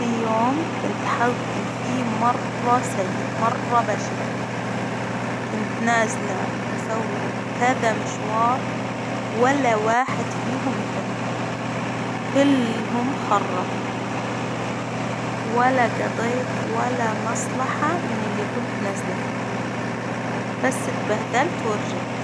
في يوم كنت حظي فيه مرة سيء، مرة بشع، كنت نازلة بسوي كذا مشوار، ولا واحد فيهم تم، كلهم خربوا، ولا قضيت ولا مصلحة من اللي كنت نازله لها، بس اتبهدلت ورجعت.